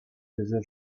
тесе